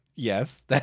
Yes